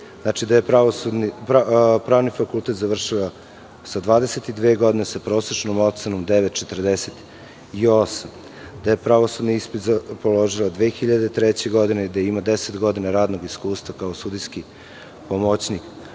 biografije. Pravni fakultet je završila sa 22 godine, sa prosečnom ocenom 9,48, pravosudni ispit je položila 2003. godine i ima 10 godina radnog iskustva kao sudijski pomoćnik.